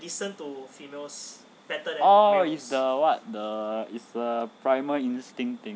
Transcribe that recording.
oh is the what the is a primal instinct thing